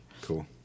Cool